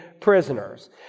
prisoners